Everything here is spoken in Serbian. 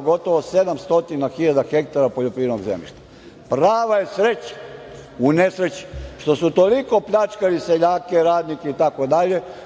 gotovo 700 hiljada hektara poljoprivrednog zemljišta. Prava je sreća u nesreći što su toliko pljačkali seljake, radnike itd,